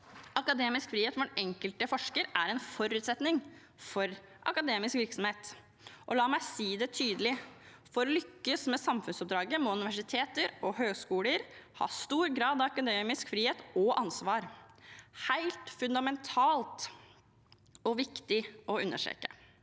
Akademisk frihet for den enkelte forsker er en forutsetning for akademisk virksomhet. La meg si det tydelig: For å lykkes med samfunnsoppdraget må universiteter og høyskoler ha stor grad av akademisk frihet og ansvar. Det er helt